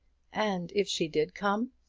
and if she did come!